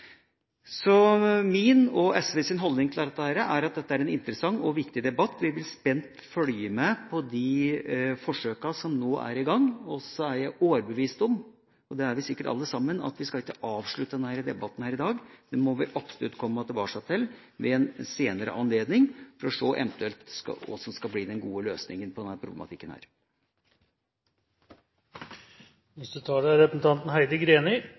Så min, og SVs, holdning til dette er at dette er en interessant og viktig debatt. Vi vil spent følge med på de forsøkene som nå er i gang. Så er jeg overbevist – det er vi sikkert alle sammen – om at vi ikke skal avslutte denne debatten her i dag. Den må vi absolutt komme tilbake til ved en senere anledning for å se hva som eventuelt skal bli den gode løsninga på denne problematikken.